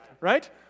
Right